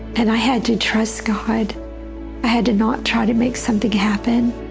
and i had to trust god. i had to not try to make something happen.